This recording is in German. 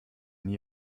nie